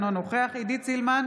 אינו נוכח עידית סילמן,